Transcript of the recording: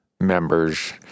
members